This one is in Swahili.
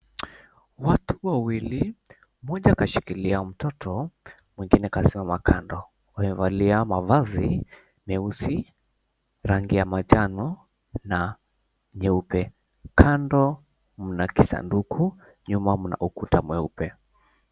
Watu wawili mmoja kashikilia mtoto mwengine kasimama kando, wamevalia mavazi meusi, rangi ya manjano na nyeupe, kando mna kisanduku nyuma mna ukuta mweupe.